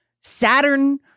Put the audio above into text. Saturn